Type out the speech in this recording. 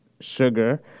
sugar